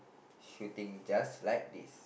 shooting just like this